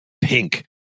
pink